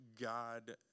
God